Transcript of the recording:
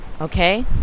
okay